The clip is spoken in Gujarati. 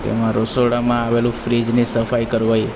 તેમાં રસોડામાં આવેલું ફ્રિજની સફાઇ કરવી